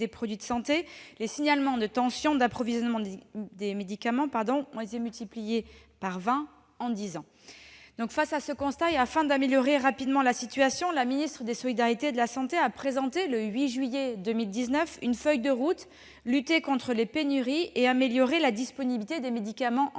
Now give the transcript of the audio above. les signalements de tensions d'approvisionnement de médicaments ont été multipliés par vingt en dix ans. Face à ce constat et afin d'améliorer rapidement la situation, la ministre des solidarités et de la santé a présenté, le 8 juillet 2019, une feuille de route « lutter contre les pénuries et améliorer la disponibilité des médicaments en France